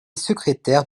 secrétaire